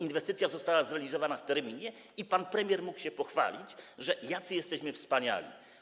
Inwestycja została zrealizowana w terminie i pan premier mógł się pochwalić, jacy jesteśmy wspaniali.